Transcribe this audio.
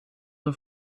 zur